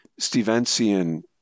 Stevensian